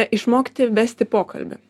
išmokti vesti pokalbį